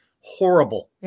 Horrible